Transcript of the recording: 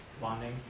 bonding